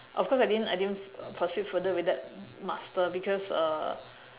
of course I didn't I didn't proceed further with that master because uh